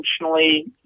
intentionally